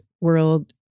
world